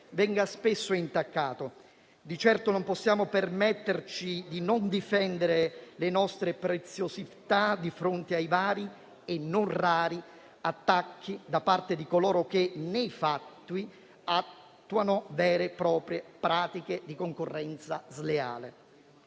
venga spesso intaccato. Di certo non possiamo permetterci di non difendere le nostre preziosità di fronte ai vari e non rari attacchi da parte di coloro che nei fatti attuano vere e proprie pratiche di concorrenza sleale.